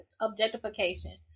objectification